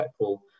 impactful